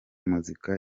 muzika